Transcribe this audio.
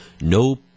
No